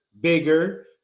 bigger